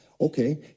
okay